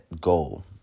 Goal